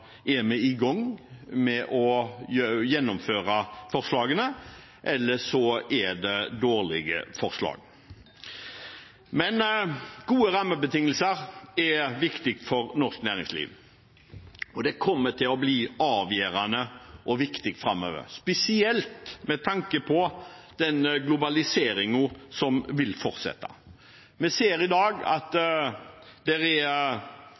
enten er i gang med å gjennomføre dem, eller fordi det er dårlige forslag. Gode rammebetingelser er viktig for norsk næringsliv, og det kommer til å bli avgjørende og viktig framover, spesielt med tanke på at globaliseringen vil fortsette. Vi ser i dag at det er